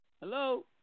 Hello